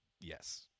yes